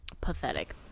pathetic